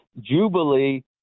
jubilee